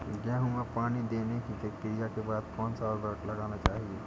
गेहूँ में पानी देने की प्रक्रिया के बाद कौन सा उर्वरक लगाना चाहिए?